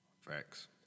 Facts